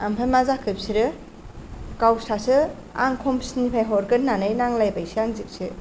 आमफाय मा जाखो बिसोरो गावस्रासो आं खमसिन निफ्राय हरगोन होननानै नांलायबायसो आंजोंसो